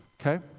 Okay